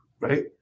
Right